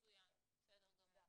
מצוין, בסדר גמור.